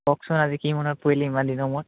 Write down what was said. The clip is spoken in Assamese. কওকচোন আজি কি মনত পৰিলে ইমান দিনৰ মূৰত